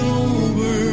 over